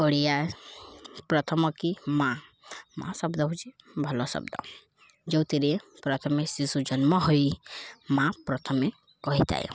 ଓଡ଼ିଆ ପ୍ରଥମ କି ମାଆ ମାଆ ଶବ୍ଦ ହେଉଛି ଭଲ ଶବ୍ଦ ଯେଉଁଥିରେ ପ୍ରଥମେ ଶିଶୁ ଜନ୍ମ ହୋଇ ମାଆ ପ୍ରଥମେ କହିଥାଏ